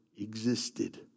existed